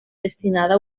destinada